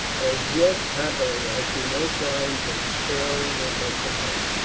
as yet, happily, i see no signs of failing in her powers.